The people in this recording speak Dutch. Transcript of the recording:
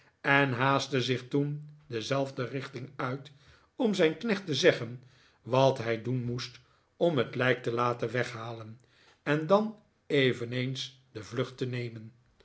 en haastte zich toen dezelfde richting uit om zijn knecht te zeggen wat hij dpen moest om het lijk te laten weghalen en dan eveneens de vlucht te nemen